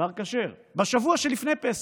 בר כשר, בשבוע שלפני פסח.